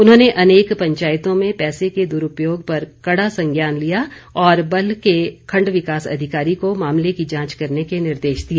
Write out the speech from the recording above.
उन्होंने अनेक पंचायतों में पैसे के दुरूपयोग पर कड़ा संज्ञान लिया और बल्ह के खंड विकास अधिकारी को मामले की जांच करने के निर्देश दिए